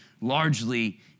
largely